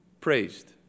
praised